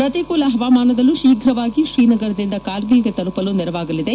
ಪ್ರತಿಕೂಲ ಹವಾಮಾನದಲ್ಲೂ ಶೀಘವಾಗಿ ಶ್ರೀನಗರದಿಂದ ಕಾರ್ಗಿಲ್ಗೆ ತಲುಪಲು ನೆರವಾಗಲಿದೆ